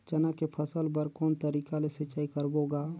चना के फसल बर कोन तरीका ले सिंचाई करबो गा?